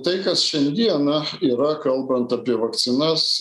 tai kas šiandieną yra kalbant apie vakcinas